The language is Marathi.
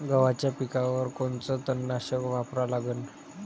गव्हाच्या पिकावर कोनचं तननाशक वापरा लागन?